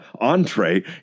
entree